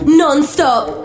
non-stop